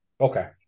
Okay